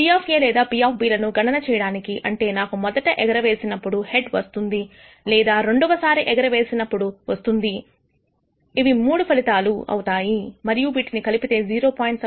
P లేదా P లను గణన చేయడానికి అంటే నాకు మొదటి ఎగరవేసినప్పుడు హెడ్ వస్తుంది లేదా రెండవ సారి ఎగరవేసినప్పుడు వస్తుంది ఇవి 3 మూడు ఫలితాలు అవుతాయి మరియు వీటిని కలిపితే 0